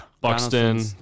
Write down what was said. Buxton